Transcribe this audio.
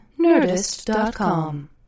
nerdist.com